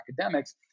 academics